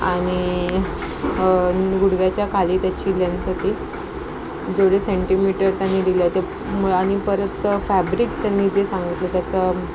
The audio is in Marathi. आणि गुडघ्याच्या खाली त्याची लेन्थ होती जेवढे सेंटीमीटर त्यांनी दिले होते आणि परत फॅब्रिक त्यांनी जे सांगितलं त्याचं